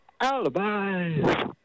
alibis